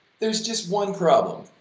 there's just one problem